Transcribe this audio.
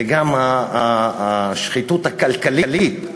וגם השחיתות הכלכלית,